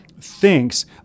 thinks